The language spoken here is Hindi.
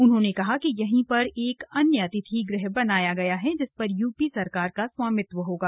उन्होंने कहा कि यहीं पर एक अन्य अतिथि गृह बनाया गया है जिस पर यूपी सरकार का स्वामित्व होगा